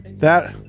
that,